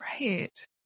right